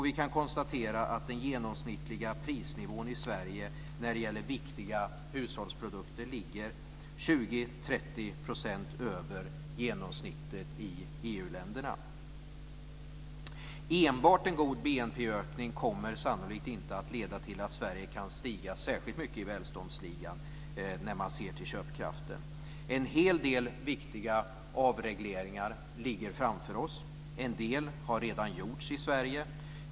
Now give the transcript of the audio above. Vi kan konstatera att den genomsnittliga prisnivån i Sverige för viktiga hushållsprodukter ligger 20-30 % över genomsnittet i Enbart en god BNP-ökning kommer sannolikt inte att leda till att Sverige kan stiga särskilt mycket i välståndsligan sett till köpkraften. En hel del viktiga avregleringar ligger framför oss. En del har redan gjorts i Sverige.